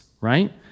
right